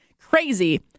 Crazy